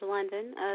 London